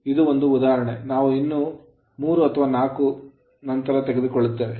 ಇದು ಒಂದು ಉದಾಹರಣೆ ನಾವು ಇನ್ನೂ 3 ಅಥವಾ 4 ನಂತರ ತೆಗೆದುಕೊಳ್ಳುತ್ತೇವೆ